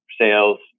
sales